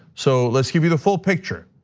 so let's give you the full picture.